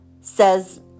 says